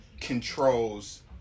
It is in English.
controls